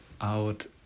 out